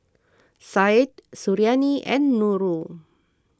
Syed Suriani and Nurul